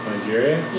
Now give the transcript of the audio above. Nigeria